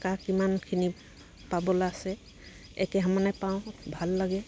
কাৰ কিমানখিনি পাবলৈ আছে একে সমানে পাওঁ ভাল লাগে